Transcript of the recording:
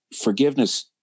Forgiveness